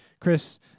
Chris